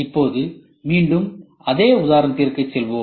இப்போது மீண்டும் அதே உதாரணத்திற்கு செல்வோம்